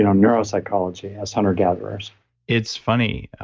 and neuropsychology as hunter gatherers it's funny